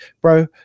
bro